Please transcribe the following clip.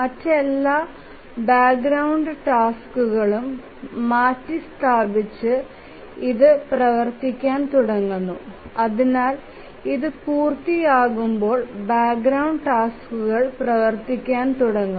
മറ്റെല്ലാ ബാക്ക്ഗ്രൌണ്ട് ടാസ്ക്കുകളും മാറ്റിസ്ഥാപിച്ച് ഇത് പ്രവർത്തിക്കാൻ തുടങ്ങുന്നു അതിനാൽ ഇത് പൂർത്തിയാകുമ്പോൾ ബാക്ക്ഗ്രൌണ്ട് ടാസ്ക്കുകൾ പ്രവർത്തിക്കാൻ തുടങ്ങും